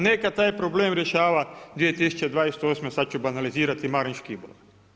Neka taj problem rješava 2028. sada ću banalizirati Marin Škibola.